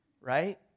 right